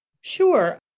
Sure